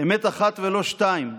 "אמת אחת ולא שתיים,